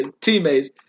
teammates